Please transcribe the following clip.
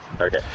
Okay